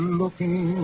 looking